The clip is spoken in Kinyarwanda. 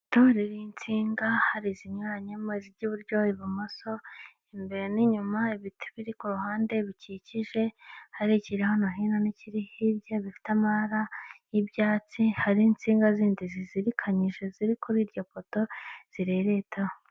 Ibiti biriho insinga, hari izinyuranyemo, izijya iburyo ibumoso imbere n'inyuma ibiti biri kuruhande bikikije, hari ikiri hano hino no hirya, bifite amabara y'ibyatsi, hari insinga zindi zizirikanyije ziri kuri iryo poto zireretaho.